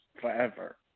forever